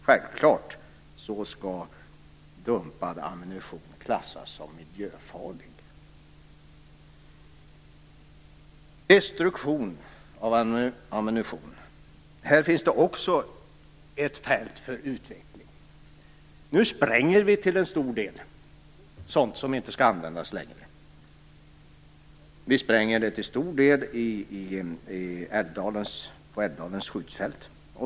Självklart skall dumpad ammunition klassas som miljöfarlig. Också när det gäller destruktion av ammunition finns det ett fält för utveckling. Nu sprängs till stor del sådant som inte längre skall användas. Det sprängs i stor utsträckning på Älvdalens skjutfält.